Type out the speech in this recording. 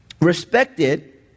respected